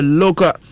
local